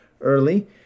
early